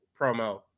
promo